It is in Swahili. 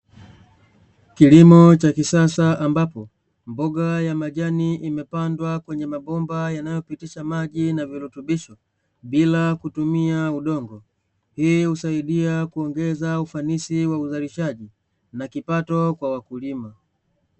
Kilimo cha kisasa abapo mboga ya majani imepandwa kwenye mabomba yanayopitisha maji na virutubisho bila kutumia udongo hii husaidia kuongeza ufanisi wa uzalishaji na kipato kwa wakulima.